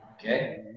okay